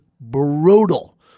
brutal